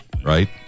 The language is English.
right